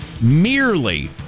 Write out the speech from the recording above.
merely